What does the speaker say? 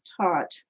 taught